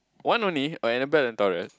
one only or I am the band of Taurus